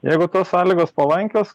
jeigu tos sąlygos palankios